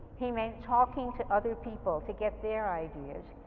he meant talking to other people to get their ideas.